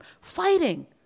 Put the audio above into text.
fighting